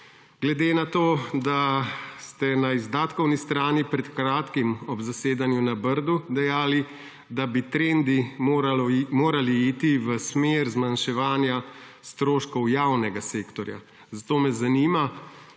glede na to, da ste na izdatkovni strani pred kratkim ob zasedanju na Brdu dejali, da bi trendi morali iti v smer zmanjševanja stroškov javnega sektorja? Zato me zanima: